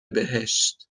بهشت